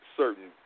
certain